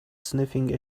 sniffing